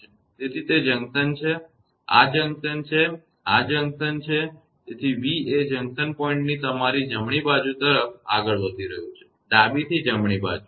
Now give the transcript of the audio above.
તેથી તે જંકશન છે આ જંકશન છે આ જંકશન છે તેથી v એ જંકશન પોઇન્ટથી તમારી જમણી બાજુ તરફ આગળ વધી રહ્યું છે ડાબી થી જમણી બાજુ